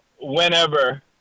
whenever